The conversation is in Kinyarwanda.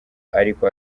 ariko